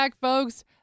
folks